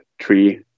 three